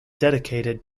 dedicated